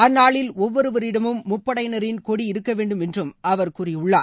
அந்நாளில் ஒவ்வொருவரிடமும் முப்படையினரின் கொடி இருக்க வேண்டுமென்றும் அவர் கூறியுள்ளார்